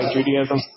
Judaism